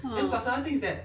!huh!